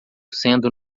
sendo